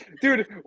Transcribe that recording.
dude